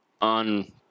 on